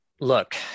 look